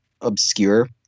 obscure